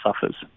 suffers